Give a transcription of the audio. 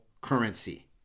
currency